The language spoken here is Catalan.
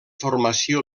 formació